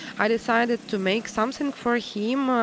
i decided to make something for him,